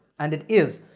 and it is,